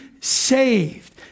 saved